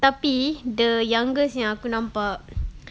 tapi the youngest yang aku nampak